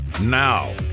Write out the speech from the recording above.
Now